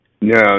No